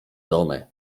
domy